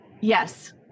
yes